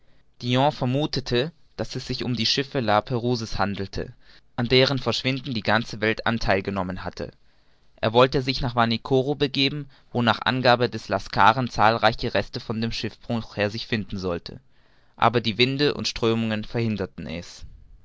vermuthete daß es sich um die schiffe la prouse's handle an deren verschwinden die ganze welt antheil genommen hatte er wollte sich nach vanikoro begeben wo nach angabe des laskaren zahlreiche reste von dem schiffbruch her sich finden sollten aber die winde und strömungen verhinderten es